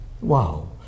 Wow